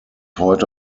heute